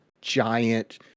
giant